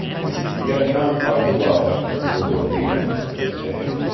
if you get none by twelve, there will be none for the day.